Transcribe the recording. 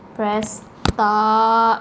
press stop